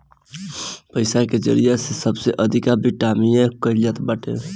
पईसा के जरिया से सबसे अधिका विमिमय कईल जात बाटे